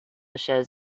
shows